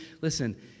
listen